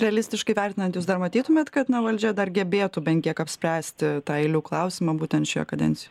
realistiškai vertinant jūs dar matytumėt kad na valdžia dar gebėtų bent kiek apspręsti tą eilių klausimą būtent šioje kadencijo